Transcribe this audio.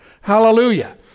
Hallelujah